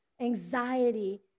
anxiety